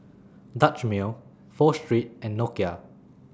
Dutch Mill Pho Street and Nokia